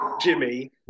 Jimmy